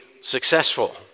successful